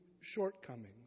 shortcomings